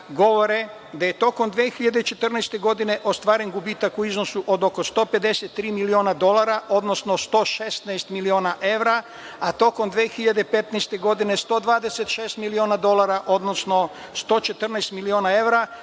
da je tokom 2014. godine ostvaren gubitak u iznosu od oko 153 miliona dolara, odnosno 116 miliona evra, a tokom 2015. godine 126 miliona dolara odnosno 114 miliona evra,